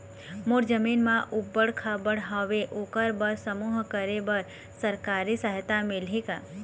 मोर जमीन म ऊबड़ खाबड़ हावे ओकर बर समूह करे बर सरकारी सहायता मिलही का?